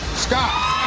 scott.